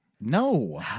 No